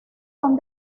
son